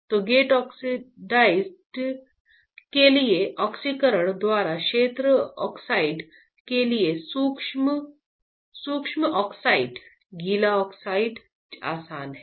तो gate oxide के लिए ऑक्सीकरण द्वारा क्षेत्र ऑक्साइड के लिए शुष्क ऑक्सीकरण गीला ऑक्सीकरण आसान है